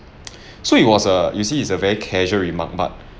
so it was a you see it's a very casual remark but